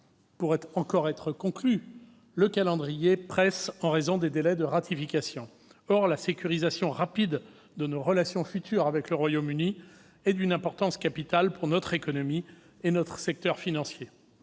encore être conclu, mais le calendrier presse en raison des délais de ratification. Or la sécurisation rapide de nos relations futures avec le Royaume-Uni est d'une importance capitale pour notre économie et notre secteur financier.